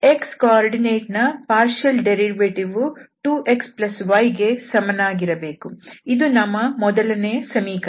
x ನಿರ್ದೇಶಾಂಕದ ಭಾಗಶಃ ವ್ಯುತ್ಪನ್ನ ವು 2xy ಗೆ ಸಮಾನವಾಗಿರಬೇಕು ಇದು ನಮ್ಮ ಮೊದಲನೇ ಸಮೀಕರಣ